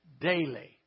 daily